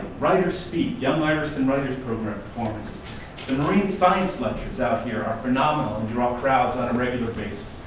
writers speak, young artists and writers program. the marine science lectures out here are phenomenal and draw crowds on a regular basis.